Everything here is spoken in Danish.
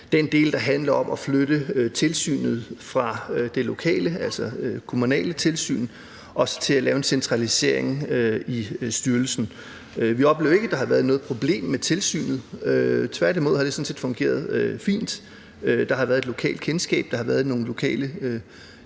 – der handler om at flytte tilsynet fra det lokale, altså fra det kommunale tilsyn, for at lave en centralisering i styrelsen. Vi oplever ikke, at der har været noget problem med tilsynet. Tværtimod har det sådan set fungeret fint; der har været et lokalt kendskab, der har været nogle lokale